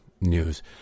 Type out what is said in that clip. News